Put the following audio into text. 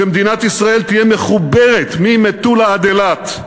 שמדינת ישראל תהיה מחוברת ממטולה עד אילת,